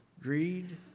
greed